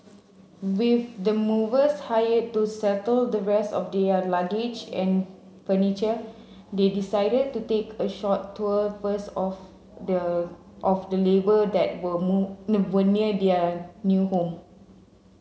with the movers hired to settle the rest of their luggage and furniture they decided to take a short tour first of the of the neighbour that were were near their new home